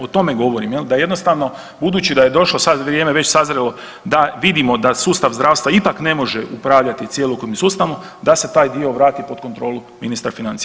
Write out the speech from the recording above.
O tome govorim jel da jednostavno budući da je došlo sad vrijeme već sazrjelo da vidimo da sustav zdravstva ipak ne može upravljati cjelokupnim sustavom da se taj dio vrati pod kontrolu ministra financija.